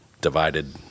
divided